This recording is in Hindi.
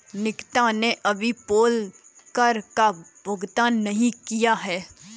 निकिता ने कभी पोल कर का भुगतान नहीं किया है